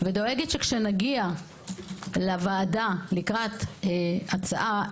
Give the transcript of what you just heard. ודואגת שכשנגיע לוועדה לקראת הצבעה,